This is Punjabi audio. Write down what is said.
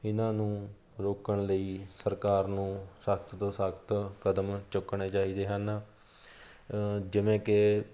ਇਹਨਾਂ ਨੂੰ ਰੋਕਣ ਲਈ ਸਰਕਾਰ ਨੂੰ ਸਖਤ ਤੋਂ ਸਖਤ ਕਦਮ ਚੁੱਕਣੇ ਚਾਹੀਦੇ ਹਨ ਜਿਵੇਂ ਕਿ